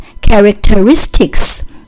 characteristics